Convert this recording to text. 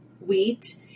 wheat